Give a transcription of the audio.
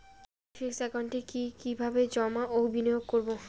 আমি ফিক্সড একাউন্টে কি কিভাবে জমা ও বিনিয়োগ করব?